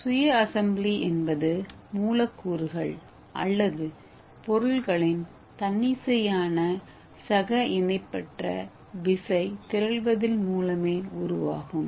சுய அசெம்பிளி என்பது மூலக்கூறுகள் அல்லது பொருள்களின் தன்னிச்சையான சக இணைப்பற்ற விசை திரள்வதின் மூலமே உருவாகும்